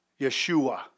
yeshua